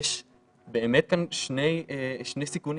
יש כאן באמת שני סיכונים,